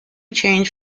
change